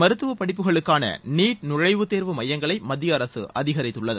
மருத்துவப் படிப்புகளுக்கான நீட் நுழைவுத்தேர்வு மையங்களை மத்திய அரசு அதிகரித்துள்ளது